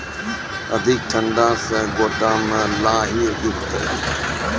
अधिक ठंड मे गोटा मे लाही गिरते?